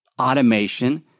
automation